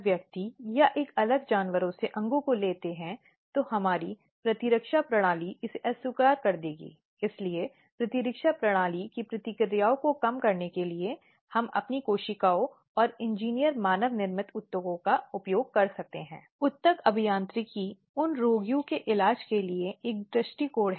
और उन्हें कानून और कानून की भावना के साथ अपनी भूमिका का निर्वहन करना चाहिए ताकि यह देखा जा सके कि महिलाओं को सर्वोत्तम संभव उपाय दिए गए हैं और इस प्रक्रिया में दोनों पक्षों के अधिकार प्रभावित नहीं हैं